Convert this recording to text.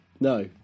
No